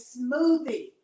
smoothie